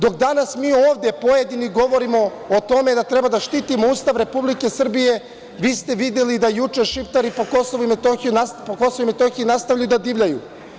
Dok danas mi ovde pojedini govorimo o tome da treba da štitimo Ustav Republike Srbije, vi ste videli da juče Šiptari po Kosovu i Metohiji nastavljaju da divljaju?